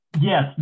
Yes